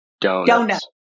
donuts